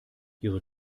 ihre